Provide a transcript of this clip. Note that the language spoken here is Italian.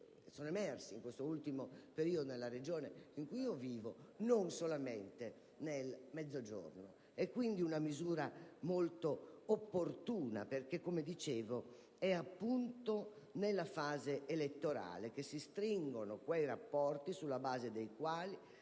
emersi in quest'ultimo periodo nella Regione in cui vivo, non riguarda solamente il Mezzogiorno. Si tratta quindi di una misura molto opportuna perché - come ho detto - è appunto nella fase elettorale che si stringono quei rapporti sulla base dei quali